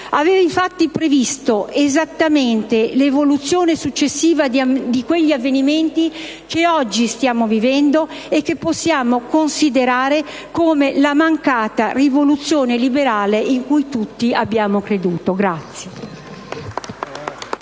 Aveva infatti previsto esattamente l'evoluzione successiva di quegli avvenimenti che oggi stiamo vivendo e che possiamo considerare come la mancata rivoluzione liberale in cui tutti abbiamo creduto.